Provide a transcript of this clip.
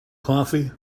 coffee